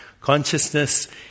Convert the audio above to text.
Consciousness